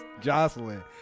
Jocelyn